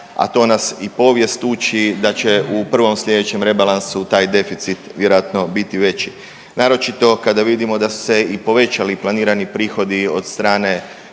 a to nas i povijest uči da će u prvom sljedećem rebalansu taj deficit vjerojatno biti veći, naročito kada vidimo da su se i povećali planirani prihodi od strane